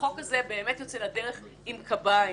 החוק הזה יוצא לדרך עם קביים,